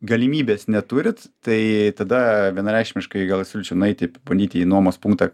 galimybės neturit tai tada vienareikšmiškai gal aš siūlyčiau nueiti pabandyti į nuomos punktą